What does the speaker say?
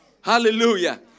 Hallelujah